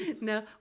No